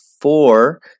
four